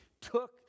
took